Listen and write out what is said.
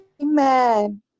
amen